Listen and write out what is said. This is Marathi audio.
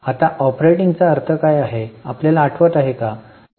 आता ऑपरेटिंगचा अर्थ काय आहे आपल्याला आठवत आहे काय